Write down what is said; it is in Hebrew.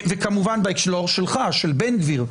וכמובן בהקשר של בן גביר,